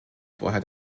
vorher